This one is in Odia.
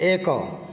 ଏକ